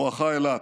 בואכה אילת.